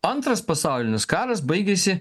antras pasaulinis karas baigėsi